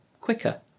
quicker